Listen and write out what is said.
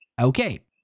Okay